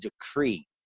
decree